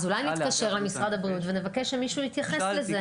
אולי נתקשר למשרד הבריאות ונבקש שמישהו יתייחס לזה.